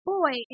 Boy